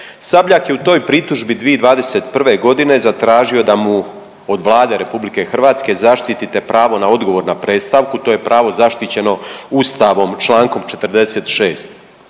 Sabljak je u toj pritužbi 2021. godine zatražio da mu od Vlade RH zaštitite pravo na odgovor na predstavku. To je pravo zaštićeno Ustavom člankom 46.